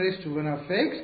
U 1N 11 U 2N 21